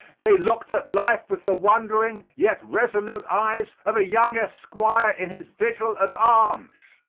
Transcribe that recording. they looked at life with the wondering yet resolute eyes of a young esquire in his vigil of arms.